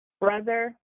brother